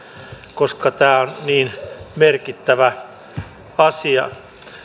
koska tämä on niin merkittävä asia